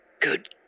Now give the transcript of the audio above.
Good